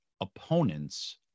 opponents